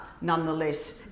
nonetheless